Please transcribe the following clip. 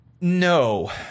no